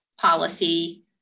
policy